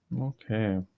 Okay